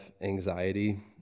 anxiety